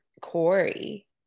Corey